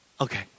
Okay